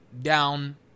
down